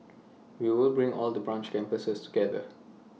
we will bring all the branch campuses together